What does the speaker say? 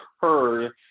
heard